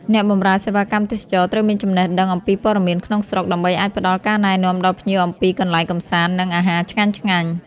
អ្នកបម្រើសេវាកម្មទេសចរណ៍ត្រូវមានចំណេះដឹងអំពីព័ត៌មានក្នុងស្រុក ដើម្បីអាចផ្តល់ការណែនាំដល់ភ្ញៀវអំពីកន្លែងកម្សាន្ត និងអាហារឆ្ងាញ់ៗ។